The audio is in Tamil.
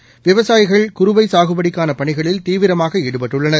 மேட்டுர் விவசாயிகள் குறுவைசாகுபடிக்கானபணிகளில் தீவிரமாகஈடுபட்டுள்ளனர்